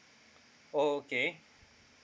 oh okay